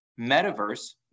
Metaverse